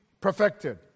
perfected